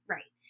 Right